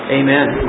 amen